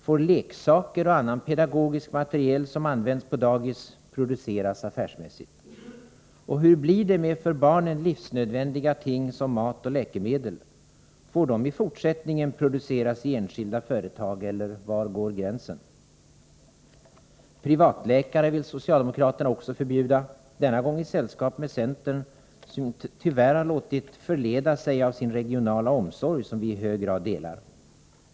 Får leksaker och annan pedagogisk materiel som används på dagis produceras affärsmässigt? Och hur blir det med för barnen livsnödvändiga ting som mat och läkemedel? Får det i fortsättningen produceras i enskilda företag, eller var går gränsen? Privatläkare vill socialdemokraterna också förbjuda — denna gång i sällskap med centern, som tyvärr har låtit förleda sig av sin regionala omsorg, som vi i hög grad delar.